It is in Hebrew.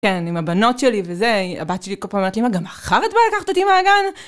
כן, עם הבנות שלי וזה, הבת שלי כל פעם אומרת לי, אמא, גם מחר את באה לקחת אותי מהגן?